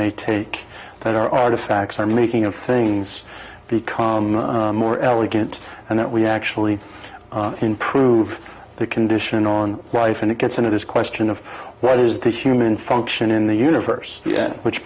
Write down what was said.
they take that are artifacts are making of things become more elegant and that we actually improve the condition on life and it gets into this question of what is the human function in the universe